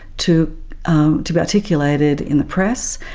to um to be articulated in the press,